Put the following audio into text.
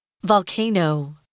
volcano